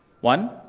One